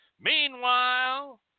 Meanwhile